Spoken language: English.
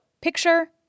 picture